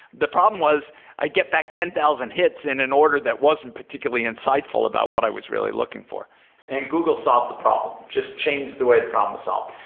the problem was i get back ten thousand hits in an order that wasn't particularly insightful about what i was really looking for and google solved the problem, just changed the way the problem was solved.